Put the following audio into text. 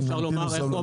איך הוא אמר?